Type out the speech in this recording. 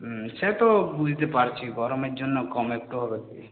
হুম সে তো বুঝতে পারছি গরমের জন্য কম একটু হবেই